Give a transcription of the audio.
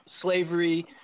slavery